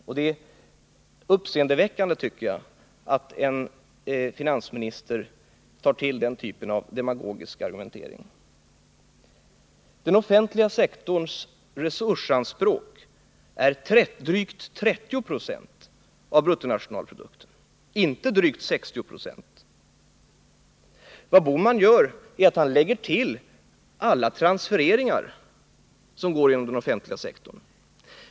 Det är uppseendeväckande, tycker jag, att en finansminister tar till den typen av demagogisk argumentering. Den offentliga sektorns resursanspråk är drygt 30 Ze av bruttonationalprodukten, inte drygt 60 20. Vad Gösta Bohman gör är att lägga till alla transfereringar som går genom den offentliga sektorn.